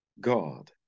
God